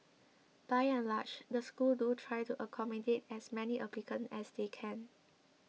by and large the schools do try to accommodate as many applicants as they can